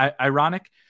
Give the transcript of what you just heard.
ironic